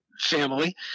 family